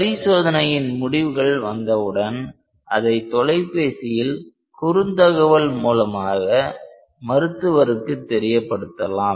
பரிசோதனையின் முடிவுகள் வந்தவுடன் அதை தொலைபேசியில் குறுந்தகவல் மூலமாக மருத்துவருக்கு தெரியப்படுத்தலாம்